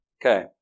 Okay